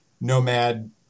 nomad